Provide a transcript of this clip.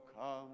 come